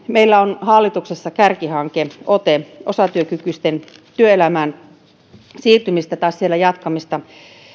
meillä on hallituksessa kärkihanke ote osatyökykyisten työelämään siirtymistä tai siellä jatkamista